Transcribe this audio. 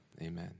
amen